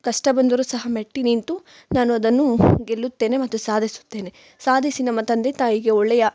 ಕಷ್ಟ ಬಂದರು ಸಹ ಮೆಟ್ಟಿ ನಿಂತು ನಾನು ಅದನ್ನು ಗೆಲ್ಲುತ್ತೇನೆ ಮತ್ತು ಸಾಧಿಸುತ್ತೇನೆ ಸಾಧಿಸಿ ನಮ್ಮ ತಂದೆ ತಾಯಿಗೆ ಒಳ್ಳೆಯ